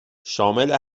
شامل